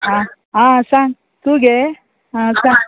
आ आ सांग तूं घे आ सांग